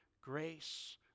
grace